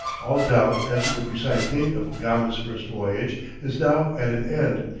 all doubt as to the precise date of gama's first voyage is now at an end,